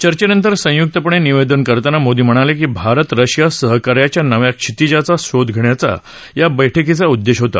चर्चेनंतर संयुक्तपणे निवेदन करताना मोदी म्हणाले की भारत रशिया सहकार्यांच्या नव्या क्षितीजाचा शोध घेण्याचा या बैठकीचा उद्देश होता